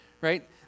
right